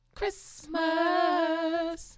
Christmas